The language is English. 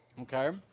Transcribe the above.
Okay